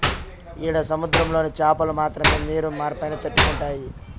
ఈడ సముద్రంలోని చాపలు మాత్రమే నీరు మార్పైనా తట్టుకుంటాయి